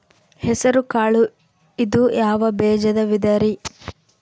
ಹೆಸರುಕಾಳು ಇದು ಯಾವ ಬೇಜದ ವಿಧರಿ?